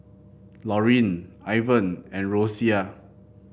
Lorin Ivan and Rosia